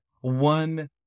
one